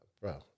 bro